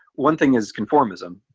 one thing is conformism.